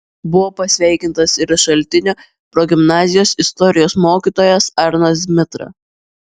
buvo pasveikintas ir šaltinio progimnazijos istorijos mokytojas arnas zmitra